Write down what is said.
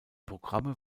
programme